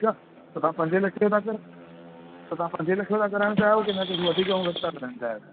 तव्हां पंजे लखे तव्हां पंजे लखे जो कराइणु था चाहियो या वधीक था कराइणु चाहियो